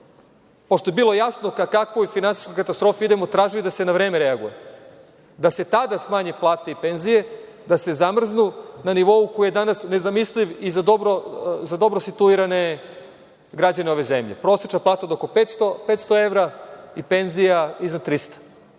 pošto je bilo jasno ka kakvoj finansijskoj katastrofi idemo, tražio da se na vreme reaguje. Da se tada smanje plate i penzije, da se zamrznu, na nivou koji je danas nezamisliv i za dobro situirane građane ove zemlje. Prosečna plata od oko 500 evra i penzija iznad 300 evra.